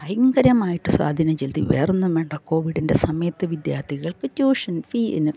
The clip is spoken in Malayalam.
ഭയങ്കരമായിട്ട് സ്വാധീനം ചെലുത്തി വേറൊന്നും വേണ്ട കോവിഡിൻ്റെ സമയത്ത് വിദ്യാർത്ഥികൾക്ക് ട്യൂഷൻ ഫീ